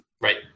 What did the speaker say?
Right